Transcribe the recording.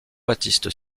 baptiste